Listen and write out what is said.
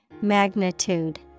magnitude